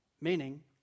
Meaning